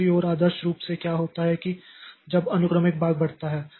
दूसरी ओर आदर्श रूप से क्या होता है जब अनुक्रमिक भाग बढ़ता है